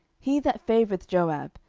he that favoureth joab,